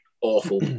awful